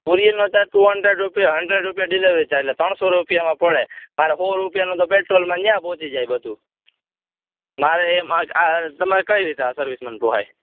કુરિયરનો charge two hundred રૂપિયા hundred રૂપિયા delivery charge એટલે ત્રણસો રૂપિયામાં પડે મારે હો રૂપિયાનું તો પેટ્રોલમાં ત્યાં પહોંચી જાય બધું મારે એમાં આ તમે કઈ રીતે આ સર્વિસ મને પોસાય